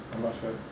I'm not sure